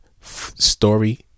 story